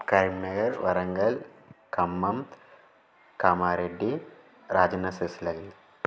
Karimnagar Warangal Khammam Kamareddy राजनसिस्लैव्